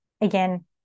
Again